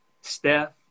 Steph